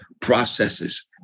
processes